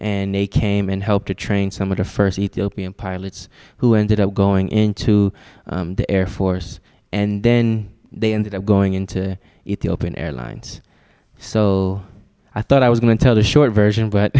and they came and helped to train some of the first ethiopian pilots who ended up going into the air force and then they ended up going into it the open air lines so i thought i was going to tell the short version but